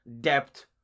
depth